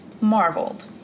marveled